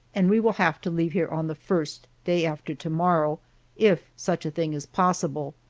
and we will have to leave here on the first day after to-morrow if such a thing is possible.